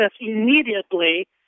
immediately